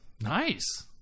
Nice